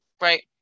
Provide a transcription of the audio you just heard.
Right